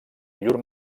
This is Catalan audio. llur